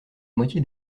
moitié